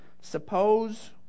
Suppose